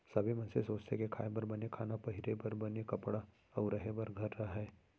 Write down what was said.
सब्बो मनसे सोचथें के खाए बर बने खाना, पहिरे बर बने कपड़ा अउ रहें बर घर रहय